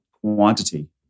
quantity